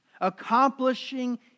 Accomplishing